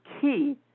key